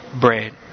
bread